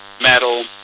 metal